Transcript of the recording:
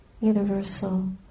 universal